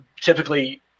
typically